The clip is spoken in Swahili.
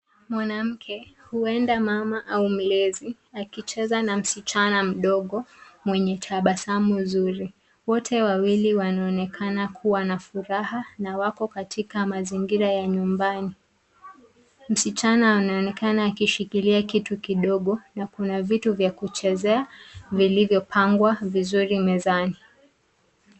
Mwanamke huenda mama au mlezi akicheza na msichana mdogo mwenye tabasamu zuri. Wote wawili wanaonekana kuwa na furaha na wako katika mazingira ya nyumbani. Msichana anaonekana akishikilia kitu kidogo na kuna vitu vya kuchezea vilivyopangwa vizuri mezani.